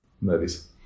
Movies